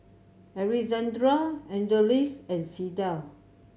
Alexandr Angeles and Sydell